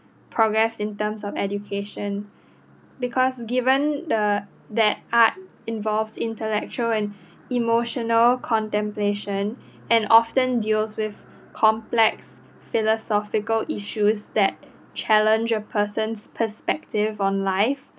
progress in terms of education because given the that art involves intellectual and emotional contemplation and often deals with complex philosophical issues that challenge the person's perspective on life